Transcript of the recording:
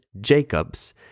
Jacob's